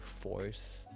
force